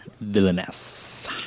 villainess